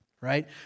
right